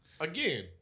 again